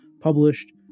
published